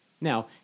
Now